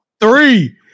Three